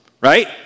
Right